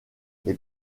les